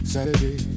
Saturday